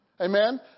Amen